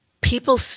people